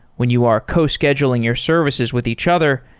when you are co-scheduling your services with each other,